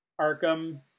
arkham